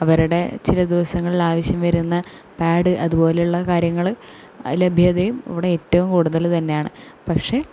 അവരുടെ ചില ദിവസങ്ങളിലാവശ്യം വരുന്ന പാഡ്ഡ് അതുപോലെ ഉള്ള കാര്യങ്ങൾ ലഭ്യതയും ഇവിടെ ഏറ്റവും കൂടുതൽ തന്നെയാണ് പക്ഷെ